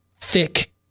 thick